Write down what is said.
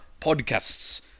podcasts